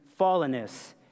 fallenness